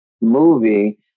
movie